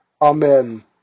Amen